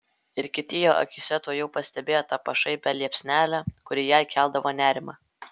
ir kiti jo akyse tuojau pastebėjo tą pašaipią liepsnelę kuri jai keldavo nerimą